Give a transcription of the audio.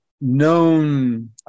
known